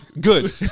good